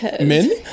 men